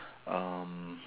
um